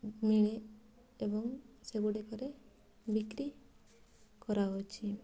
ମିଳେ ଏବଂ ସେଗୁଡ଼ିକରେ ବିକ୍ରି କରାହେଉଛି